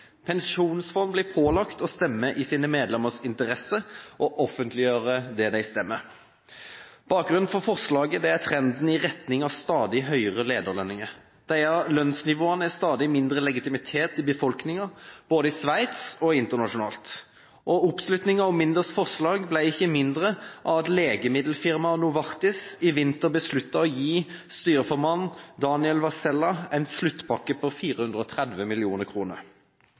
Pensjonsfond blir pålagt å stemme i sine medlemmers interesse og offentliggjøre det de stemmer. Bakgrunnen for forslaget er trenden i retning av stadig høyere lederlønninger. Disse lønnsnivåene har stadig mindre legitimitet i befolkningen, både i Sveits og internasjonalt. Oppslutningen om Minders forslag ble ikke mindre av at legemiddelfirmaet Novartis i vinter besluttet å gi styreformann Daniel Vasella en sluttpakke på 430